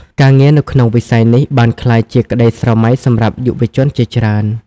ការងារនៅក្នុងវិស័យនេះបានក្លាយជាក្ដីស្រមៃសម្រាប់យុវជនជាច្រើន។